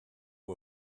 who